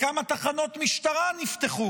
וכמה תחנות משטרה נפתחו